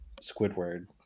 Squidward